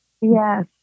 Yes